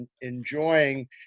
enjoying